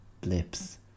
blips